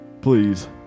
Please